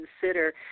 consider